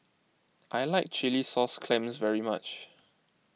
I like Chilli Sauce Clams very much